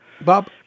Bob